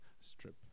strip